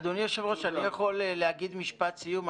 אדוני היושב-ראש, אני יכול להגיד משפט סיום?